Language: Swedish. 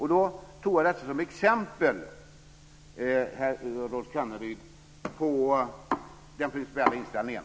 Jag tog detta som exempel, Rolf Kenneryd, på den principiella inställningen.